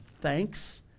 thanks